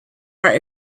are